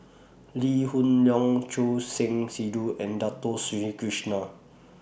Lee Hoon Leong Choor Singh Sidhu and Dato Sri Krishna